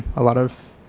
a lot of,